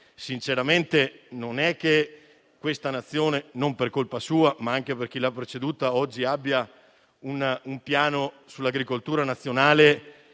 Sinceramente, non è che questa Nazione - non per colpa sua, ma anche di chi l'ha preceduta - oggi abbia un piano per l'agricoltura nazionale